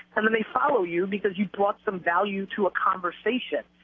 and then they follow you because you brought some value to a conversation,